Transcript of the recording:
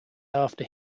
after